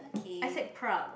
I said Prague